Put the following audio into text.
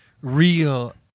real